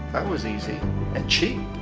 was easy and cheap.